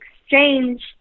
exchange